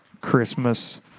Christmas